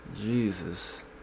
Jesus